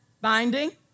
binding